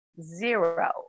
Zero